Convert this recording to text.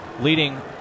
leading